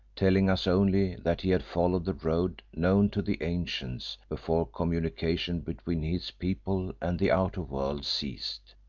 telling us only that he had followed the road known to the ancients before communication between his people and the outer world ceased.